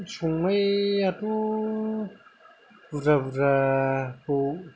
संनायाथ' बुरजा बुरजाखौ